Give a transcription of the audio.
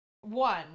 One